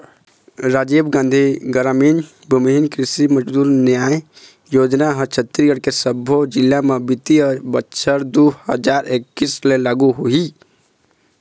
राजीव गांधी गरामीन भूमिहीन कृषि मजदूर न्याय योजना ह छत्तीसगढ़ के सब्बो जिला म बित्तीय बछर दू हजार एक्कीस ले लागू होही